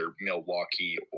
milwaukee